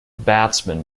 batsman